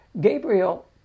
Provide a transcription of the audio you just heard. Gabriel